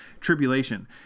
tribulation